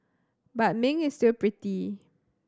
but Ming is still pretty